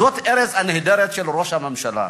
זו הארץ הנהדרת של ראש הממשלה.